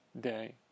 day